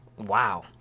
wow